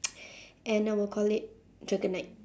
and I will call it dragonite